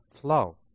flow